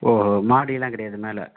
ஓஹோ மாடி எல்லாம் கிடையாது மேலே